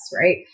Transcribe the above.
right